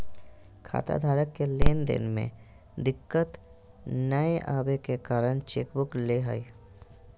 खाताधारक के लेन देन में दिक्कत नयय अबे के कारण चेकबुक ले हइ